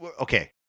okay